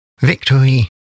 Victory